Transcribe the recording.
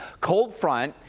cold front,